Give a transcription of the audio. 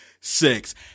Six